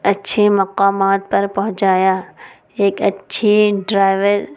اچھے مقامات پر پہنچایا ایک اچھی ڈرائیور